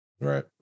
Right